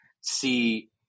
see